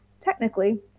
Technically